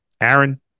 Aaron